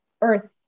Earth